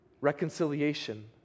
reconciliation